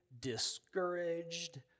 discouraged